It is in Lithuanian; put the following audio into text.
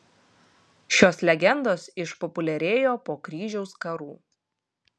šios legendos išpopuliarėjo po kryžiaus karų